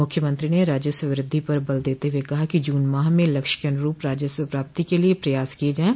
मुख्यमंत्री ने राजस्व वृद्धि पर बल देते हुए कहा कि जून माह में लक्ष्य के अनुरूप राजस्व प्राप्ति के लिए प्रयास किये जायें